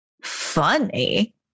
Funny